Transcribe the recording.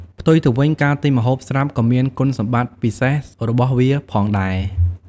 ផ្ទុយទៅវិញ ការទិញម្ហូបស្រាប់ក៏មានគុណសម្បត្តិពិសេសរបស់វាផងដែរ។